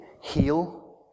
heal